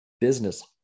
business